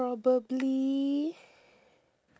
probably